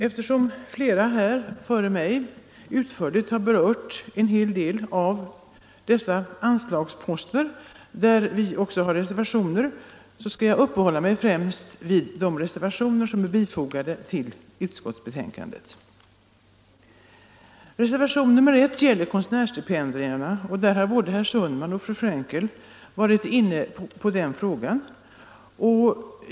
Eftersom flera talare redan utförligt har berört dessa anslags = Nr 37 poster skall jag främst uppehålla mig vid de reservationer som är fogade Torsdagen den vid utskottsbetänkandet. 13 mars 1975 Reservationen 1 gäller konstnärsstipendierna, och både herr Sundman — och fru Frenkel har varit inne på den frågan.